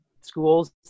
schools